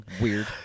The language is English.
Weird